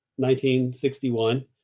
1961